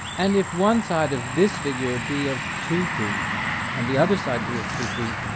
and if one side of this figure be of two feet and the other side be of two feet,